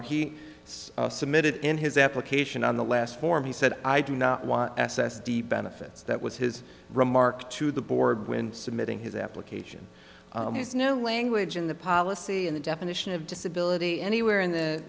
honor he submitted in his application on the last form he said i do not want s s d benefits that was his remark to the board when submitting his application has no language in the policy in the definition of disability anywhere in the